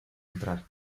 entrar